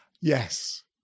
Yes